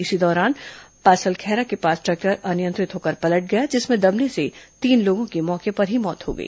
इसी दौरान पासलखैरा के पास ट्रैक्टर अनियंत्रित होकर पलट गया जिसमें दबने से तीन लोगों की मौके पर ही मौत हो गई